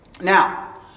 Now